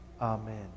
Amen